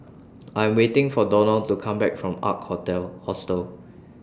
I Am waiting For Donal to Come Back from Ark Hostel